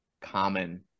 common